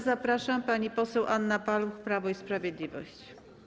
Zapraszam panią poseł Anna Paluch, Prawo i Sprawiedliwość.